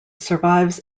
survives